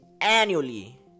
annually